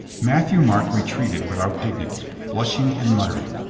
matthieu-marc retreated without dignity, blush ing and muttering.